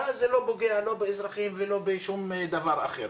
ואז זה לא פוגע לא באזרחים ולא בשום דבר אחר.